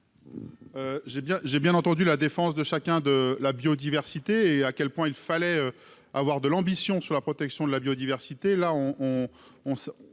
j'ai bien entendu la défense de chacun, de la biodiversité et à quel point il fallait avoir de l'ambition sur la protection de la biodiversité,